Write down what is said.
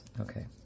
Okay